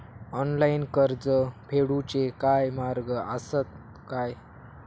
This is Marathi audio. ऑनलाईन कर्ज फेडूचे काय मार्ग आसत काय?